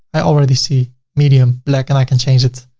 i already see medium black and i can change it.